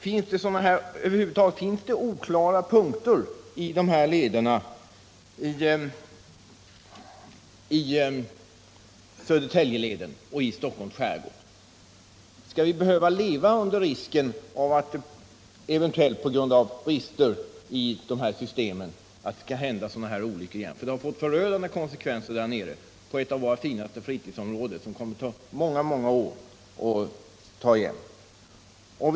Finns det över huvud taget oklara punkter i Södertäljeleden och i andra farleder i Stockholms skärgård? Skall vi behöva leva med risken att det eventuellt på grund av brister i sjökorten kan hända sådana här olyckor igen? Den senaste har fått förödande konsekvenser för ett av våra finaste fritidsområden, som det kommer att ta många år att reparera.